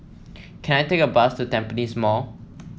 can I take a bus to Tampines Mall